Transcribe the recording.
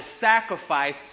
sacrifice